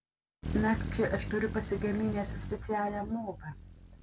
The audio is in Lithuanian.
nakčiai aš turiu pasigaminęs specialią movą